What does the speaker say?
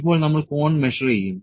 ഇപ്പോൾ നമ്മൾ കോൺ മെഷർ ചെയ്യും